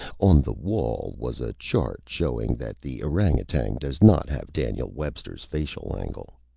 on the wall was a chart showing that the orangoutang does not have daniel webster's facial angle.